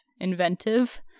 inventive